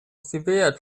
severe